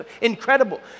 incredible